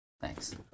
Thanks